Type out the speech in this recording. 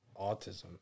autism